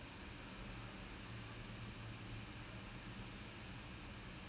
then she calls one of the student and then these to do like a fifteen minute bit